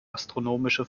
astronomische